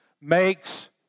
makes